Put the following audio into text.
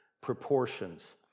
proportions